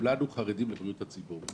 כולנו חרדים לבריאות הציבור,